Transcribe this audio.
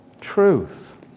truth